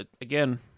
again